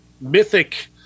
mythic